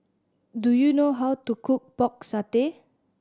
do you know how to cook Pork Satay